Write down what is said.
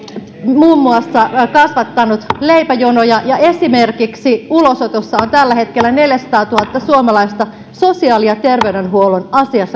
muun muassa kasvattanut leipäjonoja ja esimerkiksi ulosotossa on tällä hetkellä neljäsataatuhatta suomalaista sosiaali ja terveydenhuollon